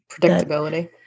predictability